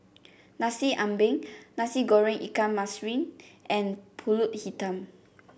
Nasi Ambeng Nasi Goreng Ikan Masin and pulut Hitam